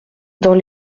dans